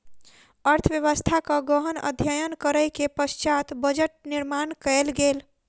अर्थव्यवस्थाक गहन अध्ययन करै के पश्चात बजट निर्माण कयल गेल